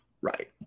Right